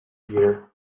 year